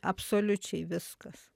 absoliučiai viskas